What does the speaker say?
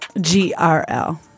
g-r-l